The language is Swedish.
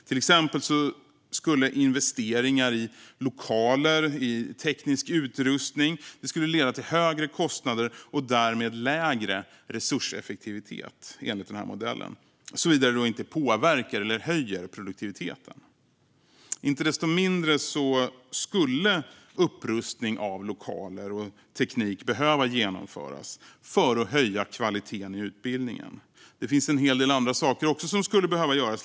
Till exempel skulle investeringar i lokaler och teknisk utrustning leda till högre kostnader och därmed lägre resurseffektivitet, enligt den modellen, såvida de inte påverkar eller höjer produktiviteten. Inte desto mindre skulle upprustning av lokaler och teknik behöva genomföras för att höja kvaliteten i utbildningen. Det finns en hel del andra saker som skulle behöva göras.